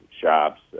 shops